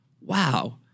wow